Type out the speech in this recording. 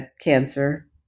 cancer